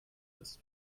ist